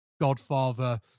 godfather